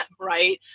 right